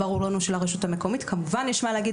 ברור לנו שלרשות המקומית כמובן יש מה להגיד,